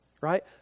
right